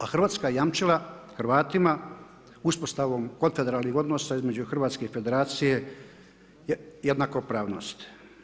A Hrvatska je jamčila Hrvatima uspostavom konfederalnih odnosa između Hrvatske i Federacije jednakopravnost.